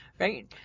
Right